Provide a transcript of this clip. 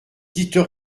dites